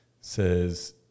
Says